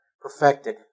perfected